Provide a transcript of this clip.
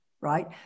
Right